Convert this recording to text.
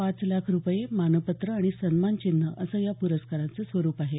पाच लाख रुपये मानपत्र आणि सन्मानचिन्ह असं या प्रस्कारांचं स्वरूप आहे